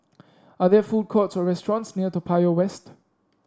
are there food courts or restaurants near Toa Payoh West